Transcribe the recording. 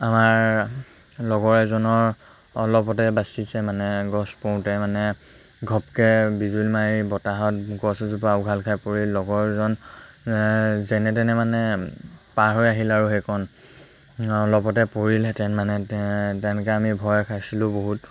আমাৰ লগৰ এজনৰ অলপতে বাচিছে মানে গছ পৰোঁতে মানে ঘপকৈ বিজুলী মাৰি বতাহত গছ এজোপা উঘাল খাই পৰিল লগৰজন যেনে তেনে মানে পাৰ হৈ আহিল আৰু সেইকণ অলপতে পৰিলহেঁতেন মানে তেনেকৈ আমি ভয় খাইছিলোঁ বহুত